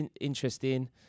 interesting